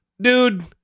Dude